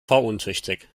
fahruntüchtig